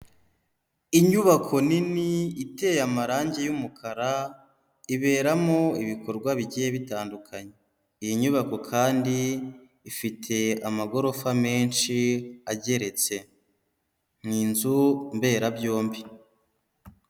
Inyubako nini iteye amarangi y'umukara, iberamo ibikorwa bigiye bitandukanye, iyi nyubako kandi ifite amagorofa menshi ageretse, ni inzu mberabyombi.